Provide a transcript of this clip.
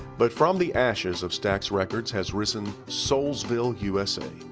but from the ashes of stax records has risen soulsville u s a,